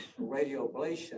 radioablation